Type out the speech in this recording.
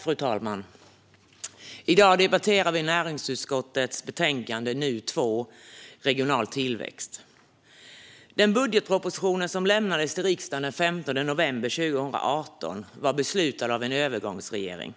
Fru talman! I dag debatterar vi näringsutskottets betänkande NU2 om regional tillväxt. Den budgetproposition som lämnades till riksdagen den 15 november 2018 var beslutad av en övergångsregering.